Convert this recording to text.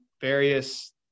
various